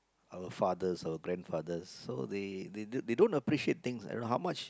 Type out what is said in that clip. our fathers our grandfathers so they they they don't appreciate things like don't know how much